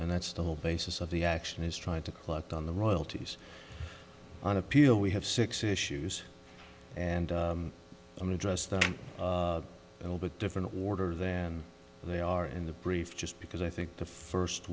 and that's the whole basis of the action is trying to collect on the royalties on appeal we have six issues and i mean just the little bit different order than they are in the brief just because i think the first